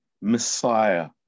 Messiah